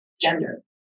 gender